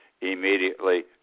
immediately